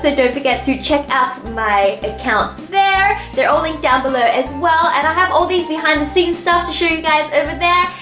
don't forget to check out my accounts there, they're all linked down below as well, and, i'll have all these behind-the-scenes stuff to show you guys over there,